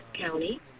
County